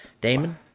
Damon